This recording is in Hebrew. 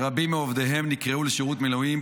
שרבים מעובדיהם נקראו לשירות מילואים,